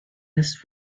this